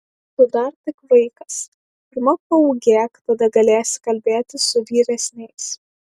tu dar tik vaikas pirma paūgėk tada galėsi kalbėti su vyresniais